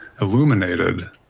illuminated